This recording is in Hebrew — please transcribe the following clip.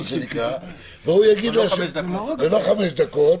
וההוא יגיד --- ולא חמש דקות.